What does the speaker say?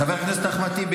חבר הכנסת אחמד טיבי,